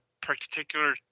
particular